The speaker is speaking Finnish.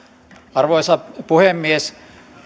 arvoisa puhemies